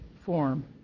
form